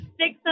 six